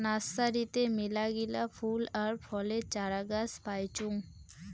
নার্সারিতে মেলাগিলা ফুল আর ফলের চারাগাছ পাইচুঙ